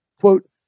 quote